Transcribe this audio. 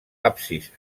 absis